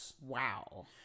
Wow